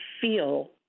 feel